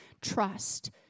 trust